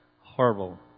horrible